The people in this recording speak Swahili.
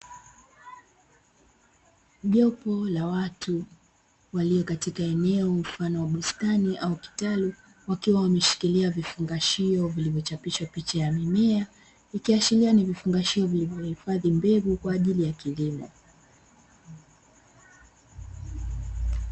Jopo la watu walio katika eneo mfano wa bustani au kitalu wakiwa wameshikilia vifungashio vilivyo chapishwa picha ya mimea, ikiashiria ni vifungashio vilivyo hifadhi mbegu kwa ajili ya kilimo.